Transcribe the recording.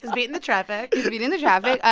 beating the traffic, yeah beating the traffic.